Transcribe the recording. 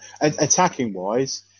attacking-wise